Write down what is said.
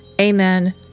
Amen